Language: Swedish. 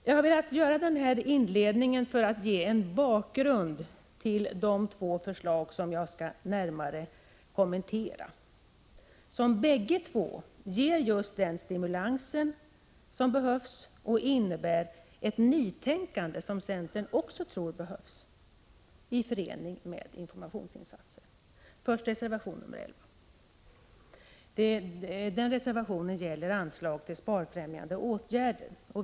Jag har velat göra den här inledningen för att ge en bakgrund till de förslag som jag skall närmare kommentera, som både ger just den stimulans som behövs och innebär ett nytänkande, som centern också tror erfordras, i förening med informationsinsatser. Jag skall börja med att beröra reservation 11, som gäller anslag till sparfrämjande åtgärder.